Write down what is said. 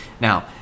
Now